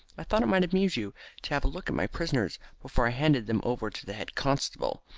i thought it might amuse you to have a look at my prisoners before i handed them over to the head-constable,